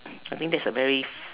I think that is a very